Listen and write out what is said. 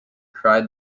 cried